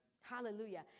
hallelujah